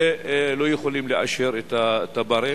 ולא יכולים לאשר את התב"רים.